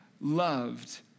loved